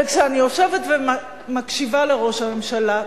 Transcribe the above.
וכשאני יושבת ומקשיבה לראש הממשלה,